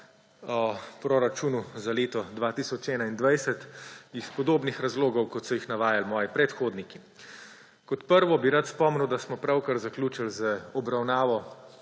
o proračunu za leto 2021 iz podobnih razlogov, kot so jih navajali moji predhodniki. Kot prvo bi rad spomnil, da smo pravkar zaključili z obravnavo